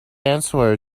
answer